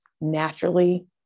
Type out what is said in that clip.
naturally